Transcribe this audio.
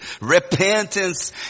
repentance